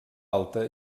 alta